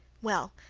well,